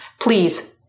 Please